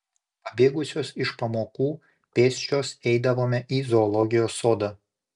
pabėgusios iš pamokų pėsčios eidavome į zoologijos sodą